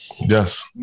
Yes